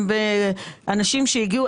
אנשים שהגיעו,